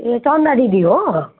ए चन्दा दिदी हो